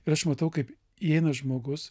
ir aš matau kaip įeina žmogus